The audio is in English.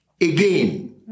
again